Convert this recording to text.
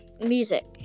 music